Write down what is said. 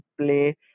play